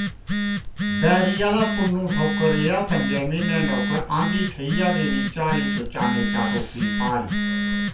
बैरी आह्ला पुन्नु ठौकर रेहा पंजै म्हीने नौकर आंदी ठोइया गेदी झारी सुच्चा नेचा टोपी भारी